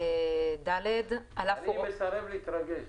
אני מסרב להתרגש.